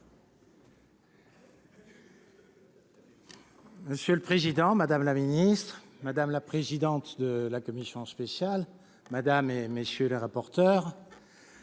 Monsieur le président, madame la secrétaire d'État, madame la présidente de la commission spéciale, madame, messieurs les rapporteurs,